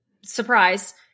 Surprise